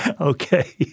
Okay